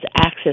access